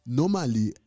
normally